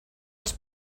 els